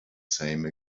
same